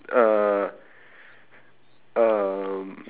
uh um